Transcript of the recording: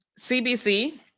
CBC